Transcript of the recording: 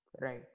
Right